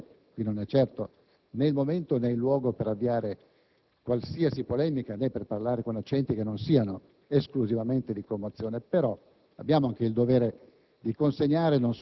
Ecco allora (non è certo né il momento, né il luogo per avviare qualsiasi polemica, né per parlare con accenti che non siano esclusivamente di commozione) che abbiamo il dovere